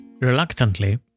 Reluctantly